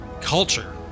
culture